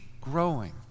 growing